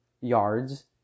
yards